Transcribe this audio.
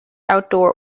outdoor